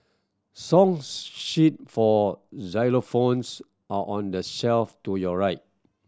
song sheet for xylophones are on the shelf to your right